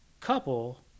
couple